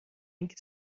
اینکه